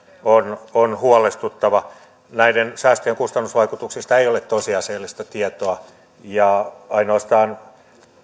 on on huolestuttava näiden säästöjen kustannusvaikutuksista ei ole tosiasiallista tietoa ja ainoastaan